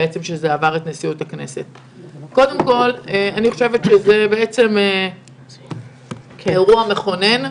אני חושבת שזה אירוע מכונן.